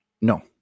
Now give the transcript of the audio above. no